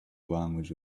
language